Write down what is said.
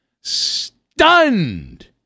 stunned